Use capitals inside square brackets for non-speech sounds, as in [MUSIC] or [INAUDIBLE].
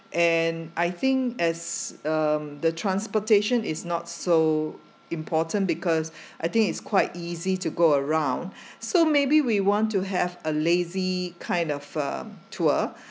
and I think as um the transportation is not so important because [BREATH] I think it's quite easy to go around [BREATH] so maybe we want to have a lazy kind of um tour